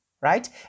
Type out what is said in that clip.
right